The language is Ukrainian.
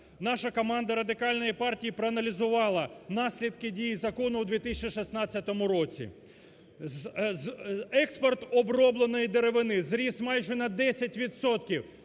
Наша команда Радикальної партії проаналізувала наслідки дії закону у 2016 році. Експорт обробленої деревини зріс майже на 10